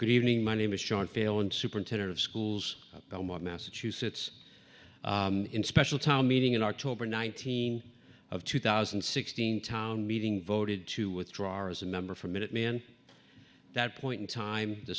good evening my name is sean failon superintendent of schools massachusetts in special town meeting in october nineteen of two thousand and sixteen town meeting voted to withdraw as a member for minuteman that point in time the